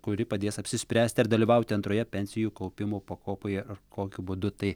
kuri padės apsispręsti ar dalyvauti antroje pensijų kaupimo pakopoje ir kokiu būdu tai